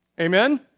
Amen